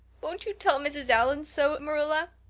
won't you tell mrs. allan so, marilla?